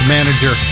Manager